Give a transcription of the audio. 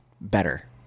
better